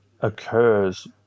occurs